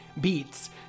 beats